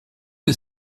les